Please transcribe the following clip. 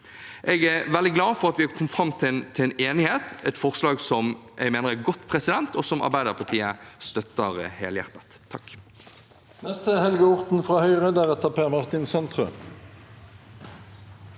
Jeg er veldig glad for at vi kom fram til en enighet om et forslag som jeg mener er godt, og som Arbeiderpartiet støtter helhjertet. Helge